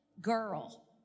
girl